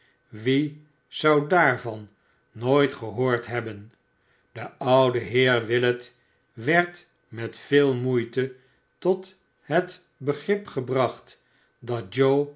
wie zou daarvan nooit gehoord hebben de oude heer willet werd met veel moeite tot het begnp gebracht dat